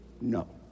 no